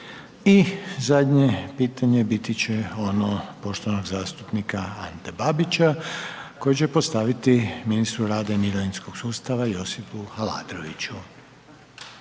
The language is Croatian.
I zadnje pitanje biti će ono poštovanog zastupnika Ante Babića koje će postaviti ministru rada i mirovinskog sustava Josipu Aladroviću.